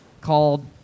called